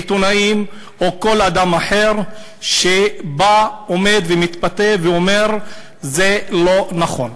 עיתונאים או כל אדם אחר שעומד ומתבטא ואומר: זה לא נכון.